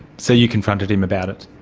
so you confronted him about it?